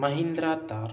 Mahindra Thar